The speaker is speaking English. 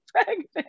pregnant